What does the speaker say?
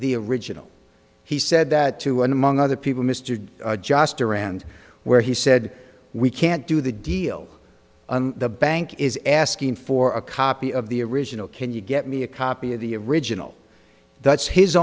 the original he said that too and among other people mr just around where he said we can't do the deal and the bank is asking for a copy of the original can you get me a copy of the original